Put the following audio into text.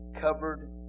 covered